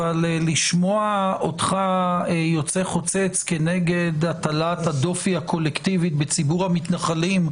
אבל לשמוע אותך יוצא חוצץ כנגד הטלת הדופי הקולקטיבית בציבור המתנחלים,